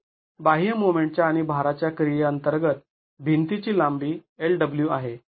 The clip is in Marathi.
तर बाह्य मोमेंटच्या आणि भाराच्या क्रियेअंतर्गत भिंतीची लांबी l w आहे